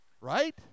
Right